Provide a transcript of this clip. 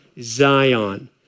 Zion